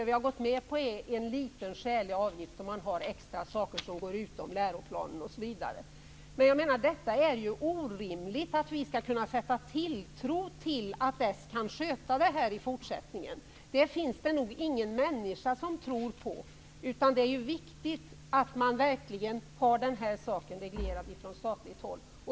Vi har gått med på att man tar ut en liten skälig avgift när det t.ex. gäller sådant som ligger utanför läroplanen. Det är orimligt att tro socialdemokraterna när de säger att kommunerna kan sköta det här i fortsättningen. Det finns nog ingen människa som gör det. Det är viktigt att detta regleras från statligt håll.